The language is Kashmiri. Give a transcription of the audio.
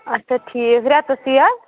اَچھا ٹھیٖک رٮ۪تَس تی یا